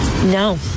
No